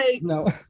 No